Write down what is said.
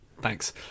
Thanks